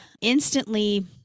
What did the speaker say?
instantly